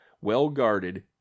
well-guarded